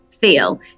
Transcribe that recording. feel